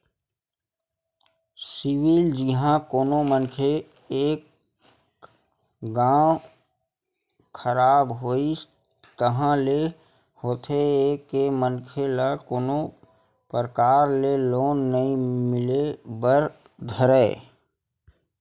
CIBIL जिहाँ कोनो मनखे के एक घांव खराब होइस ताहले होथे ये के मनखे ल कोनो परकार ले लोन नइ मिले बर धरय